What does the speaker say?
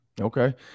okay